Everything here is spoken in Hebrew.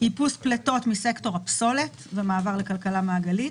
איפוס פליטות מסקטור הפסולת ומעבר לכלכלה מעגלית,